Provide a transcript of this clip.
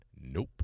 nope